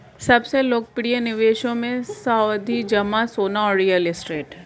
सबसे लोकप्रिय निवेशों मे, सावधि जमा, सोना और रियल एस्टेट है